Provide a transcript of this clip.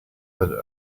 that